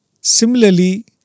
Similarly